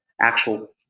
actual